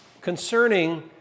concerning